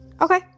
Okay